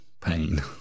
pain